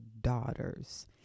daughters